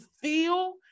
feel